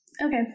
Okay